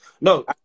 No